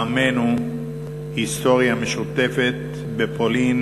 לעמינו היסטוריה משותפת בפולין,